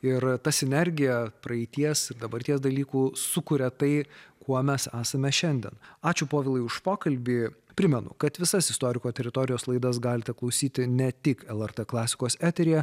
ir ta sinergija praeities ir dabarties dalykų sukuria tai kuo mes esame šiandien ačiū povilai už pokalbį primenu kad visas istoriko teritorijos laidas galite klausyti ne tik lrt klasikos eteryje